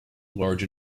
large